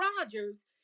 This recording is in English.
Rodgers